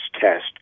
test